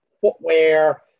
footwear